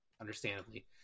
understandably